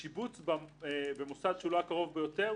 השיבוץ במוסד שהוא לא הקרוב ביותר,